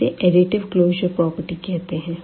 इसे additive closure property कहते है